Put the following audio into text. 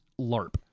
LARP